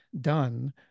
done